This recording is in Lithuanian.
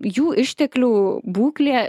jų išteklių būklė